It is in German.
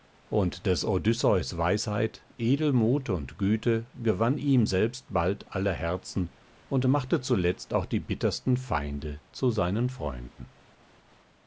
und des odysseus weisheit edelmut und güte gewann ihm selbst bald aller herzen und machte zuletzt auch die bittersten feinde zu seinen freunden